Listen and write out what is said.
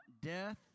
death